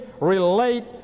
relate